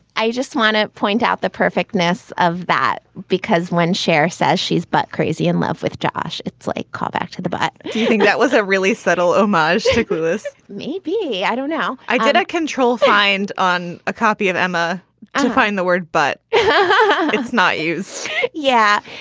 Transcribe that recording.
i just want to point out the perfect ness of that, because when cher says she's butt crazy in love with josh, it's like callback to the butt. do you think that was a really subtle omar? sugarless maybe? i don't know. i did control find on a copy of emma ah and find the word, but but it's not yours yeah,